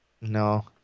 No